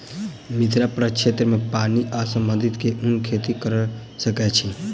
मिथिला प्रक्षेत्र मे पानि सऽ संबंधित केँ कुन खेती कऽ सकै छी?